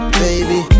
baby